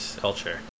culture